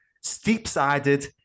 steep-sided